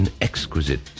exquisite